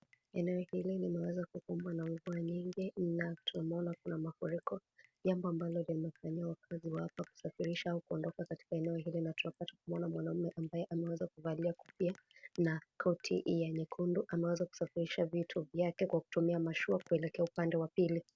Eneo hili limeweza kukumbwa na mvua nyingi na tumeona kuna mafuriko, jambo ambalo limefanyia wakazi wa hapa kusafirisha au kuondoka katika eneo hili na tunapata kumwona mwanamume ambaye ameweza kuvalia kofia na koti ya nyekundu ameweza kusafirisha vitu vyake kwa kutumia mashua kuelekea upande wa pili.